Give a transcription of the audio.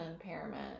impairment